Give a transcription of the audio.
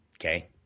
Okay